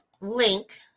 link